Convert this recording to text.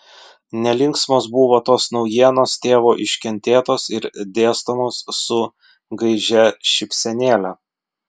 nelinksmos buvo tos naujienos tėvo iškentėtos ir dėstomos su gaižia šypsenėle